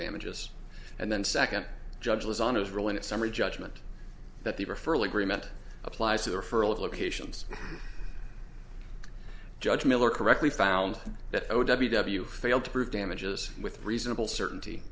damages and then second judge was on his role in a summary judgment that the referral agreement applies to the referral of locations judge miller correctly found that you failed to prove damages with reasonable certainty